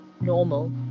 normal